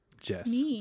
Jess